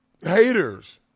haters